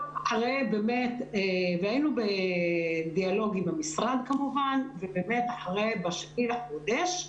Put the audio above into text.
היינו בדיאלוג עם המשרד כמובן, וב- -- לחודש,